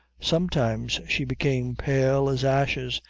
sometimes she became pale as ashes,